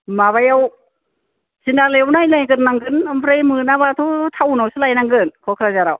माबायाव थिनआलियाव नायनायग्रोनांगोन ओमफ्राय मोनाबाथ' थाउनावसो लायनांगोन क'क्राझाराव